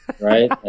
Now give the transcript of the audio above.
Right